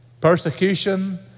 Persecution